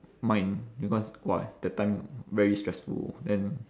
mind because !wah! that time very stressful then